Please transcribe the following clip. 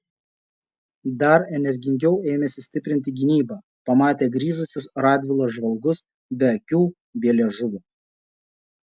dar energingiau ėmėsi stiprinti gynybą pamatę grįžusius radvilos žvalgus be akių be liežuvio